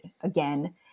Again